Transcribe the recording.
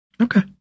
Okay